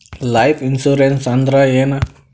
Life insurance ಅಂದ್ರ ಏನ?